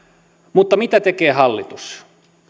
mutta mitä tekee hallitus